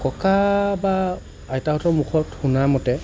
ককা বা আইতাহঁতৰ মুখত শুনামতে